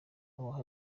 aba